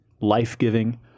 life-giving